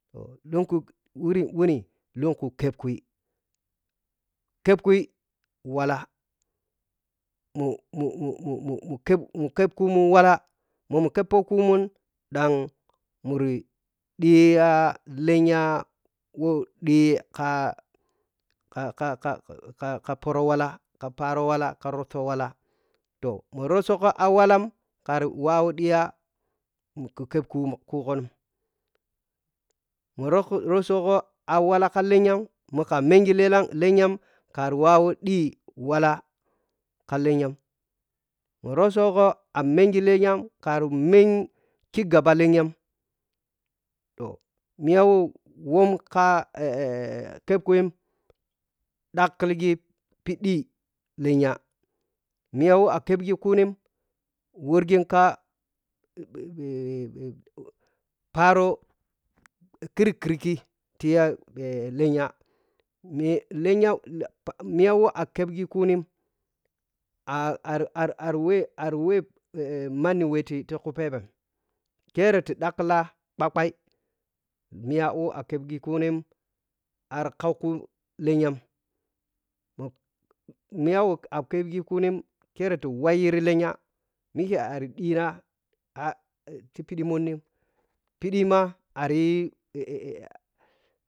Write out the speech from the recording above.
Lunku woni lunku keɛpkui keppkui walla mo-mo-mo-mo keppku mun wallah mo mukeppohkumun walla ɗan muri ɗi-ya lenya wo ɗi ka-ka-ka ka-ka pharo wallaka pahro wallah ka rusta wala toh mi rusto gho a wallam kari wawi ɗiya mukepp kughon mo rusto gho a wallan ka lenyamo ka mengi klenya kari wawu ɗi wallah ka lenyag mo rustogho a mengi leny kari mhen khigaba lenyag toh miyaw wi ka keppkui ɗhagklighig ɓhiɗi lenya miya wo a keppghikuni worghig ka ka pharo khirkhirki tiya lenya le lenya miy we a keppghhikuni a arar ararwe manni wɛ titi ku ɓhebheu kiti ɗakklina ɗaghai miwa wɛ akepphikuni ar kauku lenyam mi miya wo a keppghi kuni kiki ti wayiri lenya mike ar ɗhi ti phiɗi mhonni phiɗima aryi.